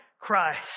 Christ